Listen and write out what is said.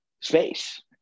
space